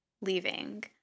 leaving